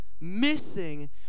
missing